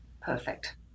Perfect